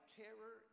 terror